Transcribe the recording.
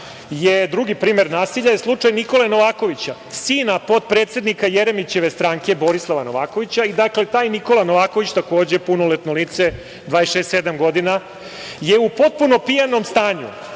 pre mesec dana je slučaj Nikole Novakovića, sin potpredsednika Jeremićeve stranke, Borislava Novakovića. Taj Nikola Novaković je takođe punoletno lice, 26, 27 godina i u potpuno pijanom stanju